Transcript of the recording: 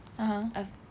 (uh huh)